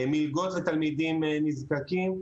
מלגות לתלמידים נזקקים,